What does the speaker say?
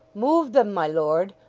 move them, my lord!